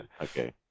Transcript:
Okay